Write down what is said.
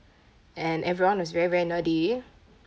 and everyone was very very nerdy